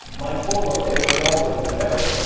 mike volo is, as always, the editor.